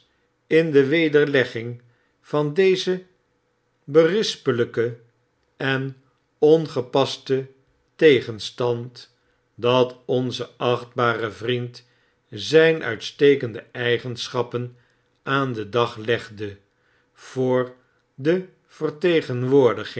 in de wederleggingvandezenberispelflken en ongepasten tegenstand dat onze achtbare vriend zijn uitstekende eigenschappen aan den dag legde voor de